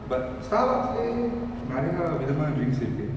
but starbucks eh நெறைய விதமான:neraya vithamana drinks இருக்கு:irukku